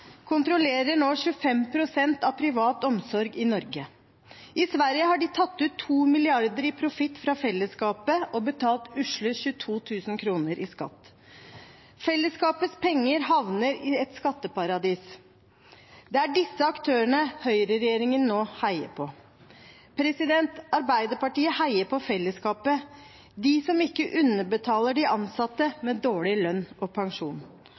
kontrollerer nå 25 pst. av privat omsorg i Norge. I Sverige har de tatt ut 2 mrd. kr i profitt fra fellesskapet og betalt usle 22 000 kr i skatt. Fellesskapets penger havner i et skatteparadis. Det er disse aktørene høyreregjeringen nå heier på. Arbeiderpartiet heier på fellesskapet, de som ikke underbetaler de ansatte med dårlig lønn og pensjon,